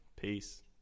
Peace